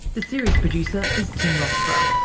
the series producer is tim roxburgh,